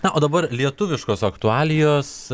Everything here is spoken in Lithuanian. na o dabar lietuviškos aktualijos